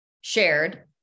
shared